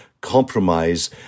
compromise